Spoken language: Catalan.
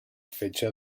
fetge